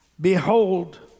Behold